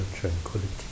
Tranquility